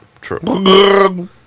true